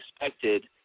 expected